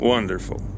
Wonderful